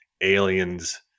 aliens